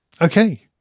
Okay